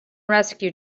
rescue